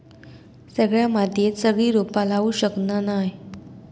सगळ्या मातीयेत सगळी रोपा लावू शकना नाय